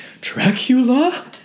Dracula